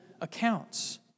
accounts